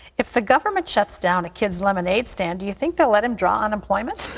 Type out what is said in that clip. if the government shuts down a kid's lemonade stand, do you think they'll let him draw unemployment?